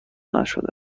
نشده